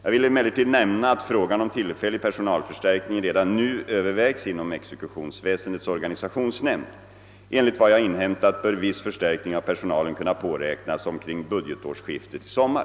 Jag vill emellertid nämna att frågan om tillfällig personalförstärkning redan nu Öövervägs inom exekutionsväsendets organisationsnämnd. Enligt vad jag inhämtat bör viss förstärkning av personalen kunna påräknas omkring budgetårsskiftet i sommar.